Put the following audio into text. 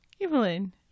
Evelyn